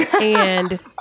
And-